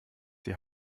die